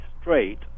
straight